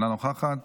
אינה נוכחת.